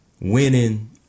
winning